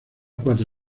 cuatro